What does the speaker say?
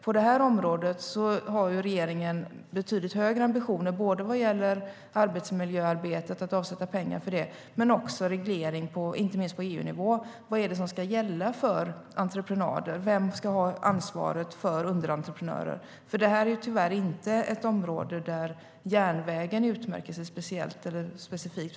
På detta område har regeringen betydligt högre ambitioner vad gäller både arbetsmiljöarbetet och att avsätta pengar för det och reglering inte minst på EU-nivå. Vad är det som ska gälla för entreprenader? Vem ska ha ansvaret för underentreprenörer? Detta är inte ett område där järnvägen utmärker sig specifikt.